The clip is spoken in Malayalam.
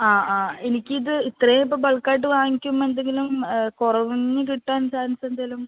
ആ ആ എനിക്ക് ഇത് ഇത്രയും ഇപ്പോൾ ബൾക്കായിട്ട് വാങ്ങിക്കുമ്പോൾ എന്തെങ്കിലും കുറവൊന്ന് കിട്ടാൻ ചാൻസ് എന്തെങ്കിലും